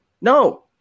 No